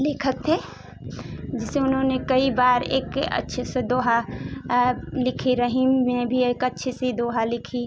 लेखक हैं जिसे उन्होने कई बार एक अच्छे से दोहा लिखे रहीम ने भी एक अच्छी सी दोहा लिखी